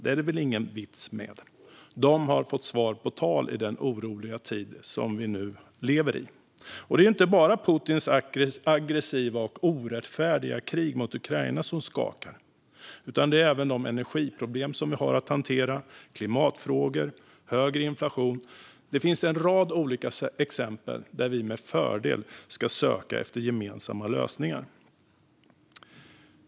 I den oroliga tid som vi lever i har de nu fått svar på tal. Det är inte bara Putins aggressiva och orättfärdiga krig mot Ukraina som skakar, utan det är även de energiproblem som vi har att hantera liksom klimatfrågor och högre inflation. Det finns en rad olika exempel där vi med fördel ska söka efter gemensamma lösningar.